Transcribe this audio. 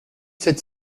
sept